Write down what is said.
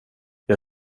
jag